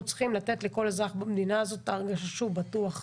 אנחנו צריכים לתת לכל אזרח במדינה הזאת את ההרגשה שהוא בטוח,